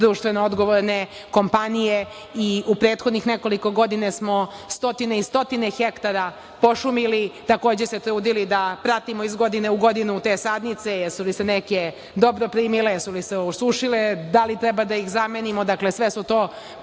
društveno odgovorne kompanije, i u prethodnih nekoliko godina smo stotine i stotine hektara pošumili. Takođe, se trudili da pratimo iz godine u godinu te sadnice, jesu li se neke dobro primile, jesu li se neke osušile, da li treba da ih zamenimo, dakle, sve su to prirodni